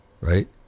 Right